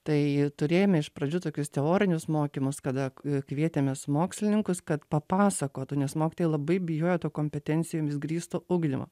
tai turėjome iš pradžių tokius teorinius mokymus kada kvietėmės mokslininkus kad papasakotų nes mokytojai labai bijojo to kompetencijomis grįsto ugdymo